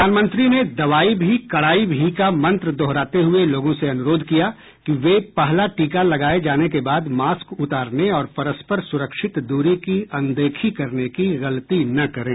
प्रधानमंत्री ने दवाई भी कड़ाई भी का मंत्र दोहराते हुए लोगों से अनुरोध किया कि वे पहला टीका लगाए जाने के बाद मास्क उतारने और परस्पर सुरक्षित दूरी की अनदेखी करने की गलती न करें